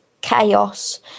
chaos